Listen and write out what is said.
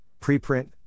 Preprint